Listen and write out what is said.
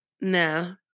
no